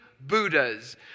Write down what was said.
Buddhas